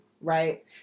right